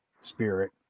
spirit